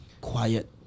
Quiet